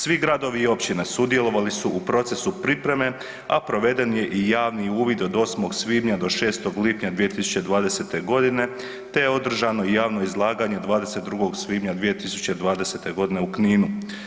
Svi gradovi i općine sudjelovali su u procesu pripreme, a proveden je i javni uvid od 8. svibnja do 6. lipnja 2020.g., te je održano i javno izlaganje 22. svibnja 2020.g. u Kninu.